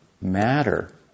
matter